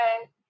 okay